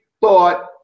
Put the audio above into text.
thought